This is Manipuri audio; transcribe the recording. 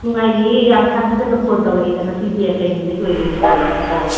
ꯅꯨꯡꯉꯥꯏꯔꯤꯌꯦ ꯌꯥꯝ ꯊꯥꯖꯗꯅ ꯐꯣꯟ ꯇꯧꯔꯛꯏꯗ ꯉꯁꯤꯗꯤ ꯀꯩ ꯅꯨꯃꯤꯠ ꯑꯣꯏꯕꯩꯅꯣ ꯇꯧꯔꯤꯁꯤꯕꯣ